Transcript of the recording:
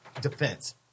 defense